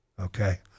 okay